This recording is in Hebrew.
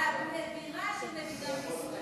הבירה של מדינת ישראל.